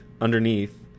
underneath